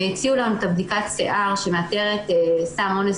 והציעו לנו את בדיקת השיער שמאתרת סם אונס